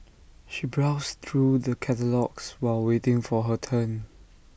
she browsed through the catalogues while waiting for her turn